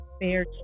Fair